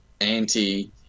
anti